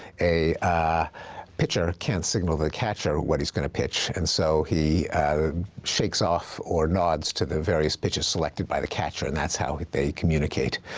a pitcher can't signal the catcher what he's gonna pitch, and so he shakes off or nods to the various pitches selected by the catcher, and that's how they communicate.